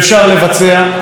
לצערי,